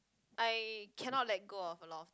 I cannot let go of a lot